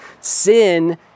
Sin